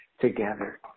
together